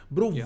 Bro